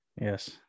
Yes